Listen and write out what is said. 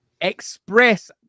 express